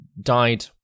died